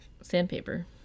sandpaper